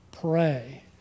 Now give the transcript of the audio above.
pray